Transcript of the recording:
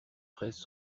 fraises